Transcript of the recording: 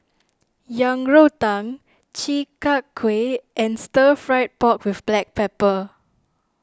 Yang Rou Tang Chi Kak Kuih and Stir Fried Pork with Black Pepper